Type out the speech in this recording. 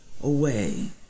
away